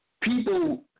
people